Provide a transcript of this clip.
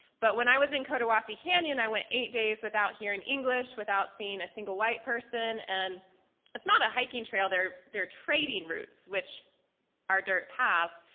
but when i was in cotahuasi canyon i went eight days without hearing english without seeing a single white person and it's not a hiking trail they're they're trading routes, which are dirt paths.